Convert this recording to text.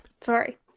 Sorry